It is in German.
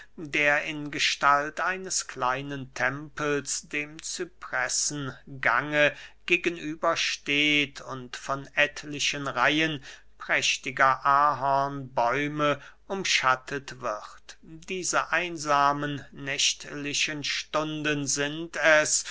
der in gestalt eines kleinen tempels dem cypressengange gegenüber steht und von etlichen reihen prächtiger ahornbäume umschattet wird diese einsamen nächtlichen stunden sind es